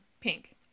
pink